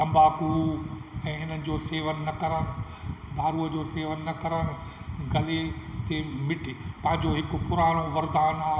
तम्बाकू ऐं इन्हनि जो सेवन न करणु दारूअ जो सेवन न करणु गले ते मिठी पंहिंजो हिकु पुराणो वरदानु आहे